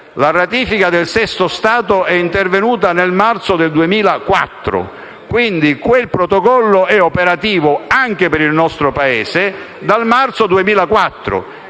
La ratifica del sesto Stato è intervenuta nel marzo del 2004, quindi quel Protocollo è operativo, anche per il nostro Paese, dal marzo del 2004.